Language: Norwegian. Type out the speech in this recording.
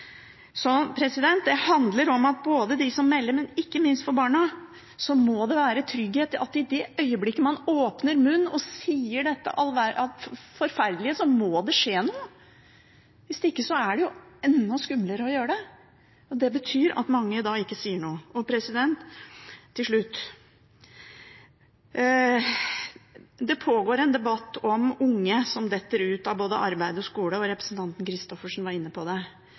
så må det skje noe. Hvis ikke er det jo enda skumlere å gjøre det, og det betyr at mange ikke sier noe. Til slutt: Det pågår en debatt om unge som detter ut av både arbeid og skole, og representanten Christoffersen var inne på det.